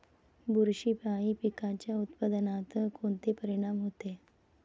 बुरशीपायी पिकाच्या उत्पादनात कोनचे परीनाम होते?